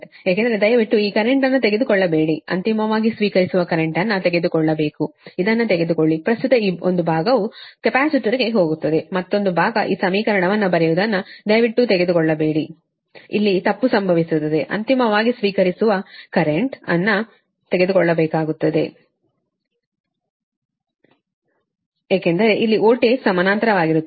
ಏಕೆಂದರೆ ದಯವಿಟ್ಟು ಈ ಕರೆಂಟ್ ಅನ್ನು ತೆಗೆದುಕೊಳ್ಳಬೇಡಿ ಅಂತಿಮವಾಗಿ ಸ್ವೀಕರಿಸುವ ಕರೆಂಟ್ ಅನ್ನು ತೆಗೆದುಕೊಳ್ಳಬೇಕು ಇದನ್ನು ತೆಗೆದುಕೊಳ್ಳಿ ಪ್ರಸ್ತುತ ಒಂದು ಭಾಗವು ಕೆಪಾಸಿಟರ್ಗೆ ಹೋಗುತ್ತದೆ ಮತ್ತೊಂದು ಭಾಗ ಈ ಸಮೀಕರಣವನ್ನು ಬರೆಯುವದನ್ನು ದಯವಿಟ್ಟು ತೆಗೆದುಕೊಳ್ಳಬೇಡಿಇಲ್ಲಿ ತಪ್ಪು ಸಂಭವಿಸುತ್ತದೆ ಅಂತಿಮವಾಗಿ ಸ್ವೀಕರಿಸುವ ಕರೆಂಟ್ ಅನ್ನು ತೆಗೆದುಕೊಳ್ಳಬೇಕಾಗುತ್ತದೆ ಏಕೆಂದರೆ ಇಲ್ಲಿ ವೋಲ್ಟೇಜ್ ಸಮಾನಾಂತರವಾಗಿರುತ್ತದೆ